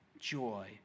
joy